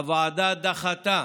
הוועדה דחתה